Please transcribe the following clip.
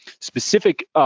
specific